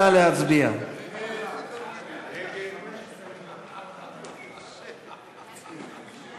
קבוצת סיעת בל"ד וקבוצת סיעת חד"ש לסעיף 11 לא נתקבלה.